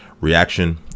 reaction